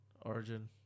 Origin